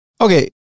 Okay